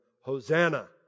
Hosanna